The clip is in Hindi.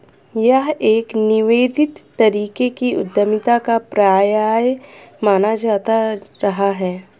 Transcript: यह एक निवेदित तरीके की उद्यमिता का पर्याय माना जाता रहा है